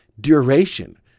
duration